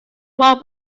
what